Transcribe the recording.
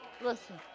listen